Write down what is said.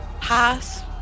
pass